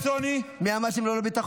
כמה כסף קואליציוני --- מי אמר שהם לא ביטחון?